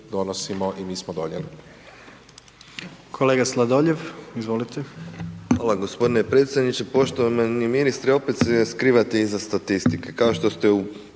donosimo i mi smo donijeli.